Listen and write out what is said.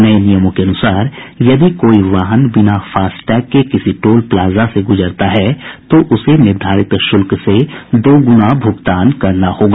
नये नियमों के अनुसार यदि कोई वाहन बिना फास्टैग के किसी टोल प्लाजा से गुजरता है तो उसे निर्धारित शुल्क से दोगुना भूगतान करना पड़ेगा